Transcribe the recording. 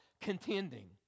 contending